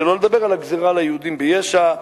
שלא לדבר על הגזירה על היהודים ביש"ע,